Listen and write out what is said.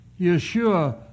Yeshua